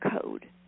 code